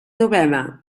novel·la